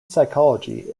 psychology